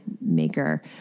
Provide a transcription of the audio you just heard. maker